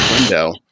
window